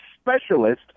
specialist